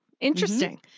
Interesting